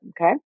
Okay